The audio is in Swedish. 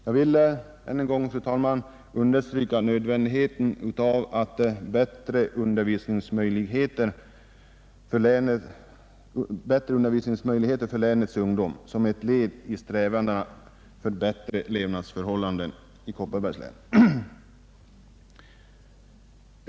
Jag vill än en gång, fru talman, understryka behovet av bättre undervisningsmöjligheter för länets ungdom som ett led i strävandena till bättre levnadsförhållanden i Kopparbergs län.